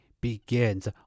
begins